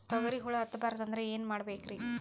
ತೊಗರಿಗ ಹುಳ ಹತ್ತಬಾರದು ಅಂದ್ರ ಏನ್ ಮಾಡಬೇಕ್ರಿ?